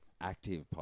active